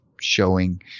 showing